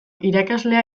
irakaslea